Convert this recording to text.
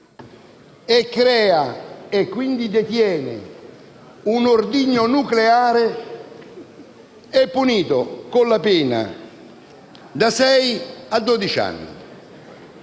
crei e quindi detenga un ordigno nucleare, è punito con la pena da sei a dodici anni.